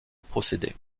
procédé